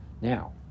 now